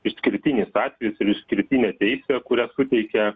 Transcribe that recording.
išskirtinis atvejis ir išskirtinė teisė kurią suteikia